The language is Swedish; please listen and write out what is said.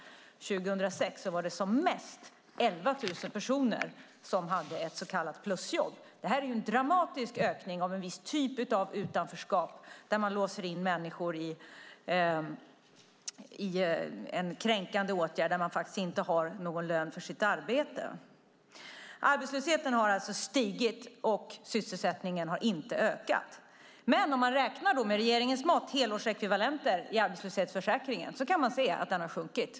År 2006 var det som mest 11 000 personer som hade ett så kallat plusjobb. Det är en dramatisk ökning av en viss typ av utanförskap där man låser in människor i en kränkande åtgärd utan lön för sitt arbete. Arbetslösheten har alltså stigit, och sysselsättningen har inte ökat. Men om man, med regeringens mått, räknar i termer av helårsekvivalenter i arbetslöshetsförsäkringen, kan man se att det skett en minskning.